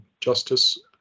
Justice